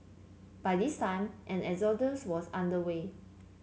by this time an exodus was under way